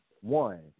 one